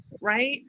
right